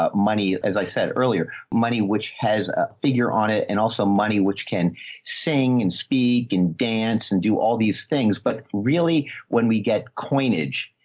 ah money, as i said earlier money, which has a figure on it and also money which can sing and speak and dance and do all these things. but really when we get coinage,